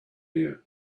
idea